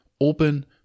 open